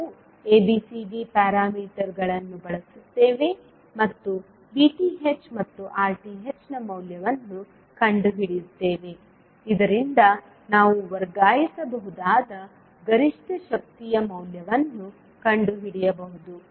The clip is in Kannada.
ನಾವು ABCD ಪ್ಯಾರಾಮೀಟರ್ಗಳನ್ನು ಬಳಸುತ್ತೇವೆ ಮತ್ತು VTh ಮತ್ತು RTh ನ ಮೌಲ್ಯವನ್ನು ಕಂಡುಹಿಡಿಯುತ್ತೇವೆ ಇದರಿಂದ ನಾವು ವರ್ಗಾಯಿಸಬಹುದಾದ ಗರಿಷ್ಠ ಶಕ್ತಿಯ ಮೌಲ್ಯವನ್ನು ಕಂಡುಹಿಡಿಯಬಹುದು